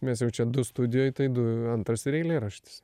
mes jau čia du studijoj tai du antras ir eilėraštis